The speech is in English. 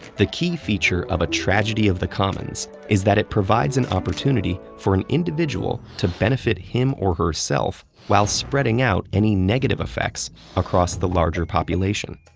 the key feature of a tragedy of the commons is that it provides an opportunity for an individual to benefit him or herself while spreading out any negative effects across the larger population.